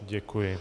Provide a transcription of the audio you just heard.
Děkuji.